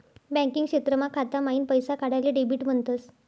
banking क्षेत्रमा खाता माईन पैसा काढाले डेबिट म्हणतस